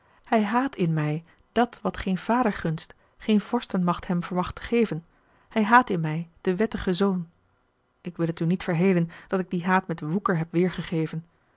hij haat in mij dàt wat geen vadergunst geen vorstenmacht hem vermag te geven hij haat in mij den wettigen zoon ik wil het u niet verhelen dat ik dien haat met woeker heb